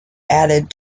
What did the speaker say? added